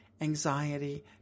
anxiety